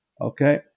Okay